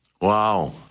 wow